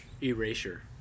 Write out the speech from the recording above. Erasure